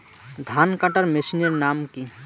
ধান কাটার মেশিনের নাম কি?